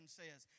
says